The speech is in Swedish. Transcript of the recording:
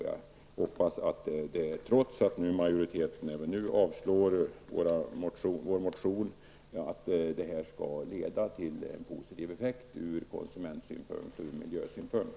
Jag hoppas att trots att majoriteten avstyrker vår motion så skall detta leda till en positiv effekt ur konsument och miljösynpunkt.